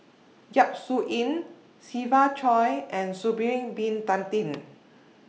Yap Su Yin Siva Choy and Sha'Ari Bin Tadin